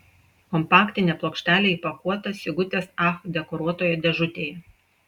kompaktinė plokštelė įpakuota sigutės ach dekoruotoje dėžutėje